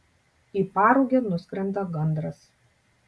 į parugę nuskrenda gandras